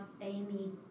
Amy